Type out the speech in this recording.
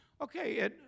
Okay